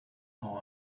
who